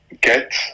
get